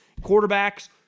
quarterbacks